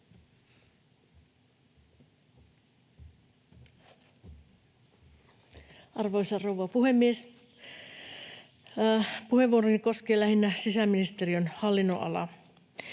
Arvoisa rouva puhemies! Puheenvuoroni koskee lähinnä sisäministeriön hallinnonalaa.